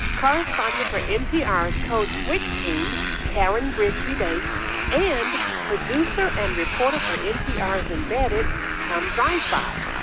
correspondent for npr's code switch team karen grigsby bates and producer and reporter for npr's embedded tom dreisbach.